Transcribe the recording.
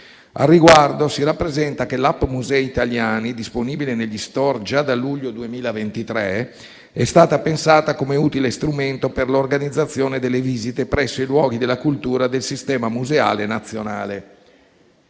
Al riguardo, si rappresenta che l'*app* Musei Italiani, disponibile negli *store* già da luglio 2023, è stata pensata come utile strumento per l'organizzazione delle visite presso i luoghi della cultura del sistema museale nazionale.